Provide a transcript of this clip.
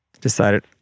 decided